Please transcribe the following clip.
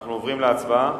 אנחנו עוברים להצבעה.